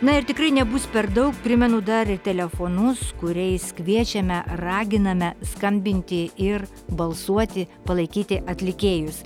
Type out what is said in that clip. na ir tikrai nebus per daug primenu dar ir telefonus kuriais kviečiame raginame skambinti ir balsuoti palaikyti atlikėjus